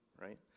right